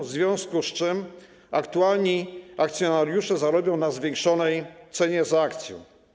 W związku z tym aktualni akcjonariusze zarobią na zwiększonej cenie za akcję.